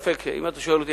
ואם אתה שואל אותי,